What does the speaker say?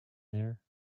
there